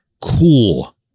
cool